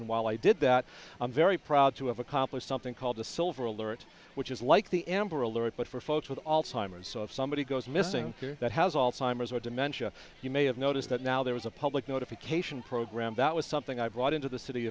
and while i did that i'm very proud to have accomplished something called the silver alert which is like the amber alert but for folks with all timers so if somebody goes missing that has all timers or dementia you may have noticed that now there was a public notification program that was something i brought into the city